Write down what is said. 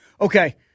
okay